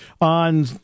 on